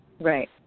Right